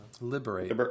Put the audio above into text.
liberate